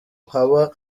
haba